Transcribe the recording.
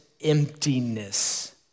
emptiness